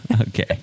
Okay